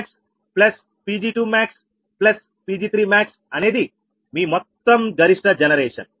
Pg1max Pg2max Pg3max అనేది మీ మొత్తం గరిష్ట జనరేషన్